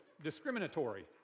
discriminatory